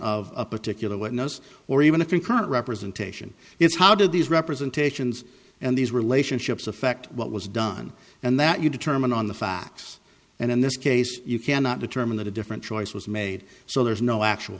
of a particular witness or even a concurrent representation it's how do these representations and these relationships affect what was done and that you determine on the facts and in this case you cannot determine that a different choice was made so there's no actual